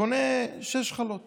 ומי שאוטם את אוזניו,